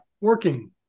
working